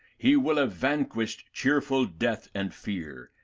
he will have vanquished cheerful death and fear,